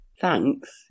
Thanks